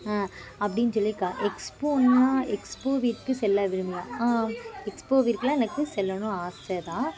அப்படின்னு சொல்லி க எக்ஸ்போன்னால் எக்ஸ்போவிற்கு செல்ல விரும்பினா ஆம் எக்ஸ்போவிற்கெலா எனக்கு செல்லணும்னு ஆசைதான்